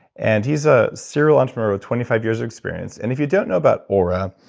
and he's a serial entrepreneur with twenty five years of experience. and if you don't know about oura,